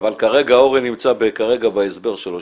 אבל כרגע אוֹרי נמצא בהסבר שלו,